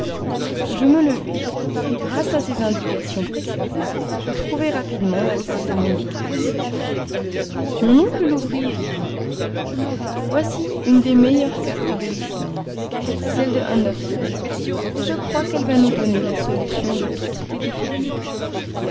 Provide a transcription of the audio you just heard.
je me levai et grâce à ces indications précises je trouvai rapidement l'atlas demandé mon oncle l'ouvrit et dit voici une des meilleures cartes de l'islande celle de handerson et je crois qu'elle va nous donner la solution de toutes tes difficultés